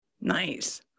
Nice